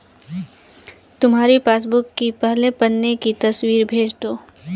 तुम्हारी पासबुक की पहले पन्ने की तस्वीर भेज दो